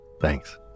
Thanks